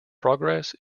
progress